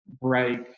break